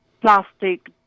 plastic